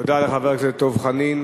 תודה לחבר הכנסת דב חנין.